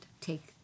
take